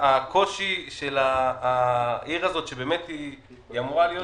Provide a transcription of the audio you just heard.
העיר הזאת אמורה להיות